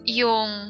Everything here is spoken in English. yung